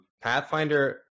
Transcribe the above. Pathfinder